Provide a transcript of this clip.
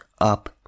up